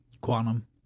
Quantum